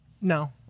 no